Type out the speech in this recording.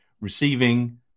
receiving